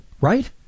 right